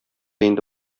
инде